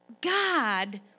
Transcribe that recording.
god